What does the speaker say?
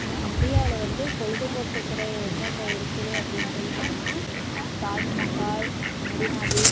நம்ப இந்தியாவில் வந்து பொழுதுப்போக்கு துறை எங்கெங்கே இருக்குது அப்படின்னு சொல்லி சொன்னால் தாஜ்மஹால் மெரினா பீச்